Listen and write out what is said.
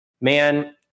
man